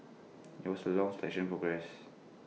IT was A long selection progress